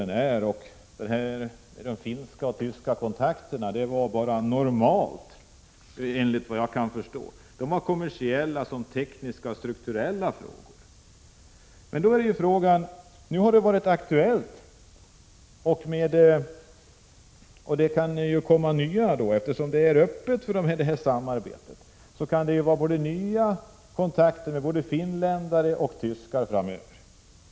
De här finska och tyska kontakterna var helt normala, enligt vad jag kan förstå. Det gällde bara ”kommersiella och teknisk-strukturella frågor”. Nu har alltså sådana kontakter varit aktuella, och det kan ju komma nya. Eftersom det är öppet för ett sådant samarbete kan det bli nya kontakter med både finländare och tyskar framöver.